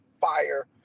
fire